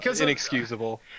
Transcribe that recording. inexcusable